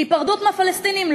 היפרדות מהפלסטינים?